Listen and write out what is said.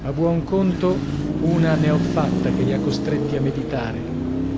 a buon conto una ne ho fatta che li ha costretti a meditare